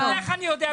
ועוד איך אני יודע,